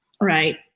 right